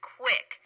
quick